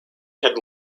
had